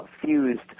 fused